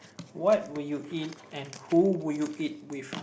what would you eat and who would you eat with